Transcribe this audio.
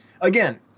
again